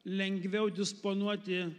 lengviau disponuoti